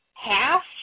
Half